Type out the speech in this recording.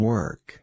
Work